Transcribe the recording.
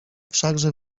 wszakże